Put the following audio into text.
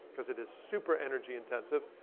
cause it is super energy intensive.